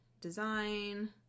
design